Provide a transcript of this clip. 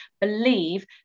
believe